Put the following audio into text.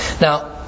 Now